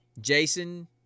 Jason